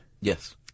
Yes